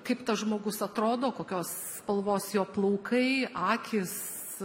kaip tas žmogus atrodo kokios spalvos jo plaukai akys